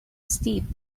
steep